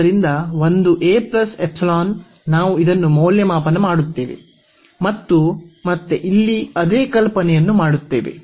ಆದ್ದರಿಂದ ಒಂದು ನಾವು ಇದನ್ನು ಮೌಲ್ಯಮಾಪನ ಮಾಡುತ್ತೇವೆ ಮತ್ತು ಮತ್ತೆ ಇಲ್ಲಿ ಅದೇ ಕಲ್ಪನೆಯನ್ನು ಮಾಡುತ್ತೇವೆ